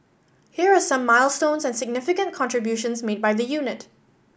here are some milestones and significant contributions made by the unit